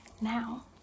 Now